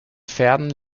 pferden